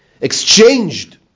exchanged